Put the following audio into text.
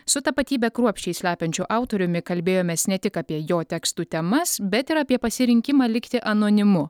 su tapatybę kruopščiai slepiančiu autoriumi kalbėjomės ne tik apie jo tekstų temas bet ir apie pasirinkimą likti anonimu